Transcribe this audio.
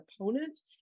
opponents